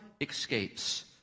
escapes